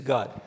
God